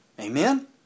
Amen